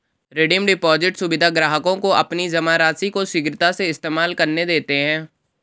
redeem deposit सुविधा ग्राहकों को अपनी जमा राशि को शीघ्रता से इस्तेमाल करने देते है